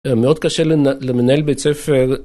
מאוד קשה למנהל בית ספר.